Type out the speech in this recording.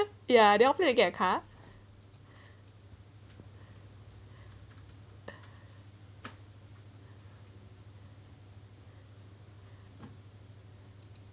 ya they offer you to get a car